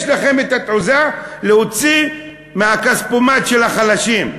יש לכם התעוזה להוציא מהכספומט של החלשים,